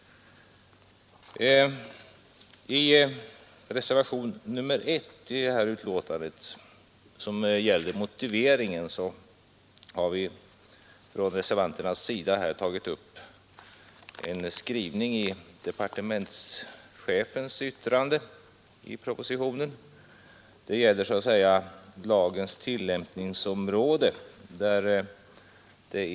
I reservationen 1, som gäller motiveringen, har reservanterna tagit upp en skrivning i departementschefens yttrande i propositionen. Det gäller så att säga lagens tillämpningsområde.